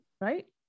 Right